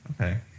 Okay